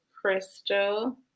Crystal